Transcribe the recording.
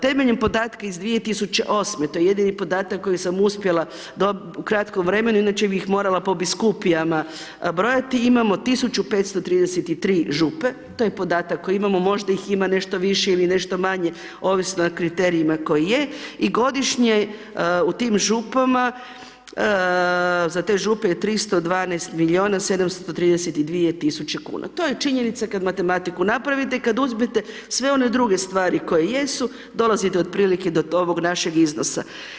Temeljem podatka iz 2008.-me, to je jedini podatak kojeg sam uspjela dobiti u kratkom vremenu, inače bi ih morala po Biskupijama brojati, imamo 1533 Župe, to je podatak koji imamo, možda ih ima nešto više ili nešto manje, ovisno o kriterijima koji je, i godišnje u tim Župama, za te Župe je 312 milijuna 732 tisuće kuna, to je činjenica kad matematiku napravite, kad uzmete sve one druge stvari koje jesu, dolazite otprilike do ovog našeg iznosa.